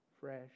fresh